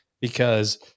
because-